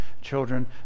children